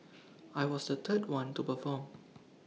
I was the third one to perform